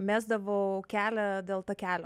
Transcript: mesdavau kelią dėl takelio